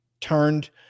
turned